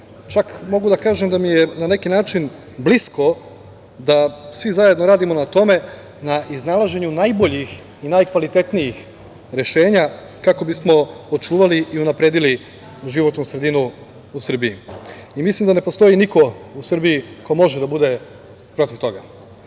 Čak mogu da kažem da mi je na neki način blisko da svi zajedno radimo na tome, na iznalaženju najboljih i najkvalitetnijih rešenja kako bismo očuvali i unapredili životnu sredinu u Srbiji. Mislim da ne postoji niko u Srbiji ko može da bude protiv